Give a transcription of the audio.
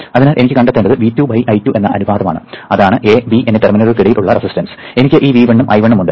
അതിനാൽ എനിക്ക് കണ്ടെത്തേണ്ടത് V2 I2 എന്ന അനുപാതമാണ് അതാണ് A B എന്നീ ടെർമിനലുകൾക്കിടയിൽ ഉള്ള റെസിസ്റ്റൻസ് എനിക്ക് ഈ V1 ഉം I1 ഉം ഉണ്ട്